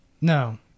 No